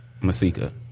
Masika